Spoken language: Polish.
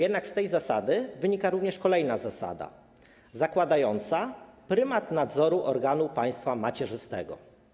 Jednak z tej zasady wynika również kolejna zasada, które zakładają prymat nadzoru organu państwa macierzystego.